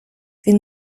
він